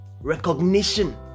recognition